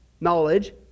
knowledge